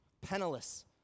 penniless